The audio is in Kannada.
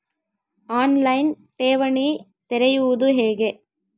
ಆನ್ ಲೈನ್ ಠೇವಣಿ ತೆರೆಯುವುದು ಹೇಗೆ?